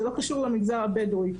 זה לא קשור למגזר הבדואי.